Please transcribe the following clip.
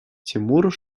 тимур